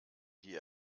die